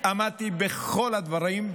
עמדתי בכל הדברים,